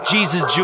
Jesus